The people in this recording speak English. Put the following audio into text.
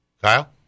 Kyle